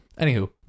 Anywho